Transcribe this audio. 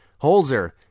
Holzer